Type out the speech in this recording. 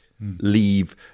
leave